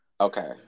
okay